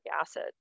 acid